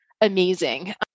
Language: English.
amazing